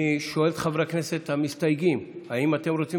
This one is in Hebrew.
אני שואל את חברי הכנסת המסתייגים: האם אתם רוצים